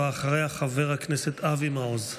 אחריה, חבר הכנסת אבי מעוז.